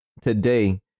today